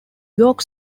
york